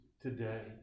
today